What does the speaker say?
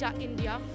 India